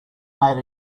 made